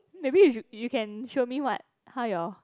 maybe you should you can show me what how your